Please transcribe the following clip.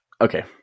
Okay